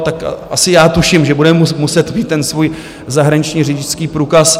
Tak asi tuším, že bude muset mít ten svůj zahraniční řidičský průkaz.